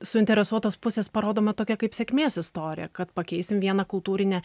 suinteresuotos pusės parodoma tokia kaip sėkmės istorija kad pakeisim vieną kultūrinę